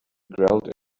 growled